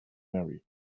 marry